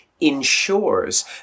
ensures